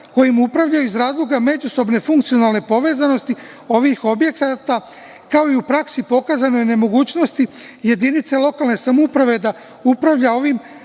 kojim upravljaju iz razloga međusobne funkcionalne povezanosti ovih objekata, kao i u praksi pokazane nemogućnosti jedinice lokalne samouprave da upravlja ovim poverenim